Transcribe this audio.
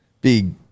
big